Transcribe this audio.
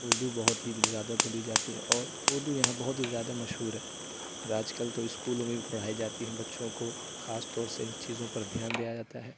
اردو بہت ہی زیادہ بولی جاتی ہے اور اردو یہاں بہت ہی زیادہ مشہور ہے اور آج کل تو اسکولوں میں بھی پڑھائی جاتی ہے بچوں کو خاص طور سے ان چیزوں پر دھیان دیا جاتا ہے